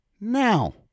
now